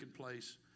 place